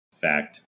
Fact